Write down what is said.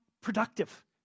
productive